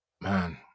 Man